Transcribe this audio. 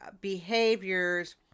behaviors